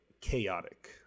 chaotic